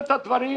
הדברים,